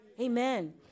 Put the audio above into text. Amen